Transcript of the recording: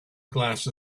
glass